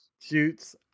shoots